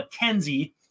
McKenzie